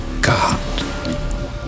God